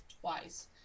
twice